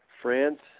France